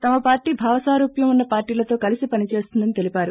తమ పార్టీ భావి స్వారుప్యం ఉన్న పార్టీ లతో కలసి పనిచేస్తుందని తొలిపారు